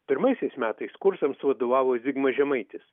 pirmaisiais metais kursams vadovavo zigmas žemaitis